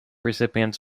recipients